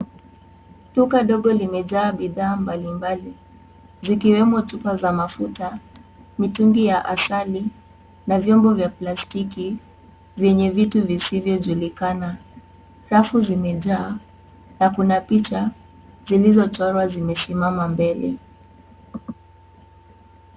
Duka ndogo limejaa bidhaa mbalimbali zikiwemo chupa za mafuta, mitungi ya asali , na vyombo vya plastiki vyenye vitu visivyojulikana. Rafu zimejaa na kuna picha zilizochorwa zimesimama mbele.